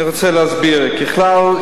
אני רוצה להסביר: ככלל,